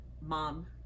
mom